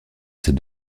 ces